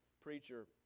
preacher